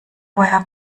woher